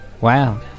Wow